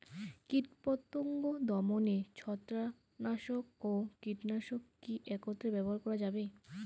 কীটপতঙ্গ দমনে ছত্রাকনাশক ও কীটনাশক কী একত্রে ব্যবহার করা যাবে?